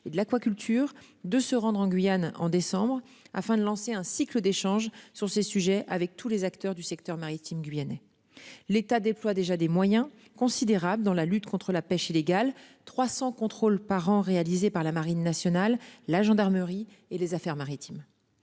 et de l'aquaculture, de se rendre en Guyane en décembre afin de lancer un cycle d'échange sur ces sujets avec tous les acteurs du secteur maritime guyanais. L'État déploient déjà des moyens considérables dans la lutte contre la pêche illégale 300 contrôles par an réalisé par la Marine nationale, la gendarmerie et les Affaires maritimes.